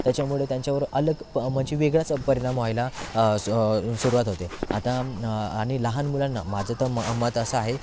त्याच्यामुळे त्यांच्यावर अलग प म्हणजे वेगळाच परिणाम व्हायला सु सुरुवात होते आता आणि लहान मुलांना माझं तर म मत असं आहे की